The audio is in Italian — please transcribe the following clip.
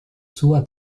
sua